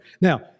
Now